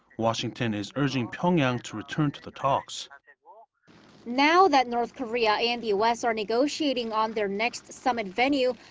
washington is urging pyeongyang to return to the talks. ah now that north korea and the u s. are negotiating on their next summit venue.